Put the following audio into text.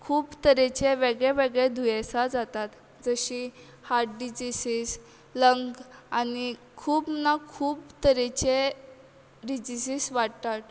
खूब तरेचे वेगळे वेगळे दुयेंसां जातात जशीं हाट डिजिसीस लंग आनी खूब न खूब तरेचे डिजिसीस वाडटात